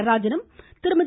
நடராஜனும் திருமதி